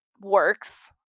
works